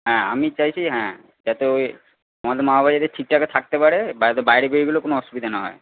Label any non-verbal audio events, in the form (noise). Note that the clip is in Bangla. হ্যাঁ আমি চাইছি হ্যাঁ যাতে ঐ আমাদের মা বাবা যাতে ঠিকঠাক থাকতে পারে (unintelligible) বাইরে বেরিয়ে গেলেও কোনও অসুবিধা না হয়